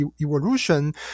evolution